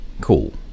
Cool